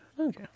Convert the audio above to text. Okay